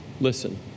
Listen